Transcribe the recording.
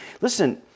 Listen